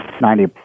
Ninety